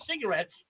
cigarettes